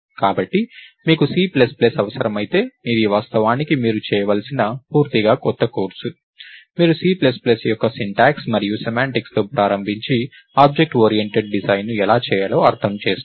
కాబట్టి మీకు C plus plus అవసరమైతే ఇది వాస్తవానికి మీరు చేయవలసిన పూర్తిగా కొత్త కోర్సు మీరు సి ప్లస్ ప్లస్ యొక్క సింటాక్స్ మరియు సెమాంటిక్స్తో ప్రారంభించి ఆబ్జెక్ట్ ఓరియెంటెడ్ డిజైన్ను ఎలా చేయాలో అర్థం చేసుకోండి